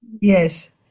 Yes